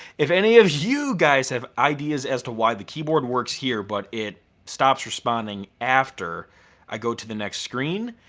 if any of you guys have ideas as to why the keyboard works here but it stops responding after i go to the next screen,